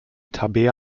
tabea